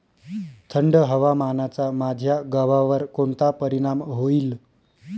थंड हवामानाचा माझ्या गव्हावर कोणता परिणाम होईल?